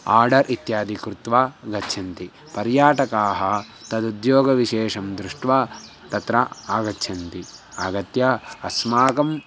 order इत्यादि कृत्वा गच्छन्ति पर्याटकाः तदुद्योगविशेषं दृष्ट्वा तत्र आगच्छन्ति आगत्य अस्माकं